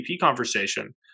conversation